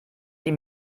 die